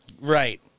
right